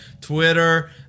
Twitter